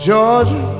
Georgia